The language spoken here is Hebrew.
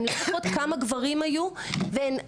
הן לא זוכרות כמה גברים היו והכי,